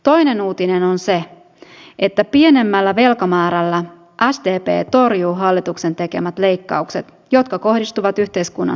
toinen uutinen on se että pienemmällä velkamäärällä sdp torjuu hallituksen tekemät leikkaukset jotka kohdistuvat yhteiskunnan heikompiosaisiin